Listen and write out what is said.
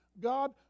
God